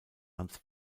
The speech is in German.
hans